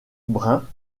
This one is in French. brun